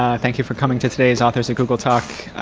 ah thank you for coming to today's authors google talk.